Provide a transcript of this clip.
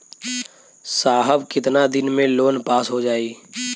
साहब कितना दिन में लोन पास हो जाई?